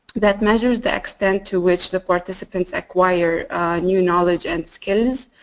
that measures the extent to which the participants acquire new knowledge and skills.